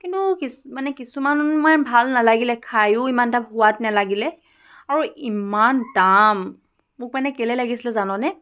কিন্তু কিছু মানে কিছুমান মই ভাল নেলাগিলে খায়ো ইমানটা সোৱাদ নেলাগিলে আৰু ইমান দাম মোক মানে কেলৈ লাগিছিলে জাননে